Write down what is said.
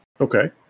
Okay